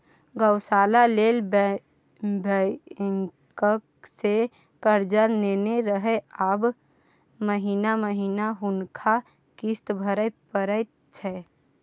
गौशाला लेल बैंकसँ कर्जा लेने रहय आब महिना महिना हुनका किस्त भरय परैत छै